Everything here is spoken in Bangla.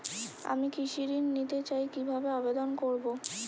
আমি কৃষি ঋণ নিতে চাই কি ভাবে আবেদন করব?